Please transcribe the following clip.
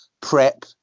prep